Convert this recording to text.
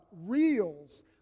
reels